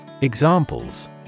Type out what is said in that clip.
Examples